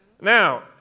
Now